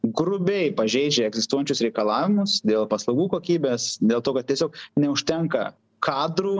grubiai pažeidžia egzistuojančius reikalavimus dėl paslaugų kokybės dėl to kad tiesiog neužtenka kadrų